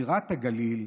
בירת הגליל,